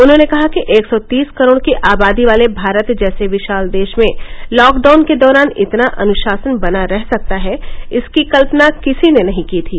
उन्होंने कहा कि एक सौ तीस करोड की आबादी वाले भारत जैसे विशाल देश में लॉकडाउन के दौरान इतना अनुशासन बना रह सकता है इसकी कल्पना किसी ने नहीं की थी